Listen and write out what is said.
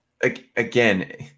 Again